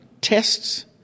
tests